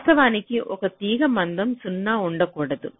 వాస్తవానికి ఒక తీగ మందం 0 ఉండకూడదు